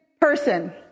person